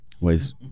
Wait